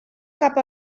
cap